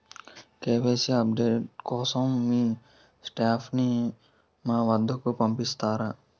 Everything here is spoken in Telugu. కే.వై.సీ అప్ డేట్ కోసం మీ స్టాఫ్ ని మా వద్దకు పంపిస్తారా?